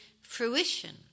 fruition